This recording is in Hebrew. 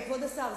כבוד השר,